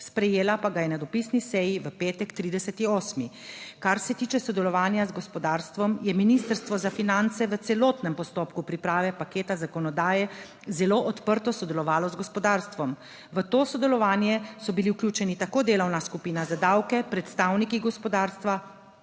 sprejela pa ga je na dopisni seji v petek. 30. 8. kar se tiče sodelovanja z gospodarstvom je Ministrstvo za finance v celotnem postopku priprave paketa zakonodaje zelo odprto sodelovalo z gospodarstvom. V to sodelovanje so bili vključeni tako delovna skupina za davke, predstavniki gospodarstva